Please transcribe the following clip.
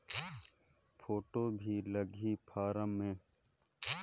Photo भी लगी form मे?